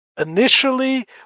Initially